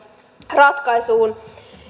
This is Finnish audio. ratkaisuun